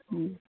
ହୁଁ